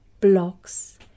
blocks